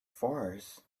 farce